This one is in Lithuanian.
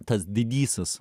tas didysis